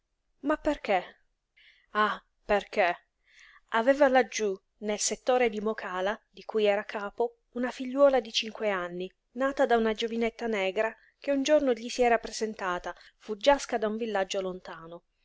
ma perché ah perché aveva laggiú nel settore di mokàla di cui era capo una figliuola di cinque anni nata da una giovinetta negra che un giorno gli si era presentata fuggiasca da un villaggio lontano